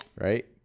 Right